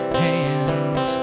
hands